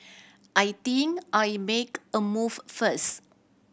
I think I'll make a move first